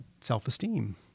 self-esteem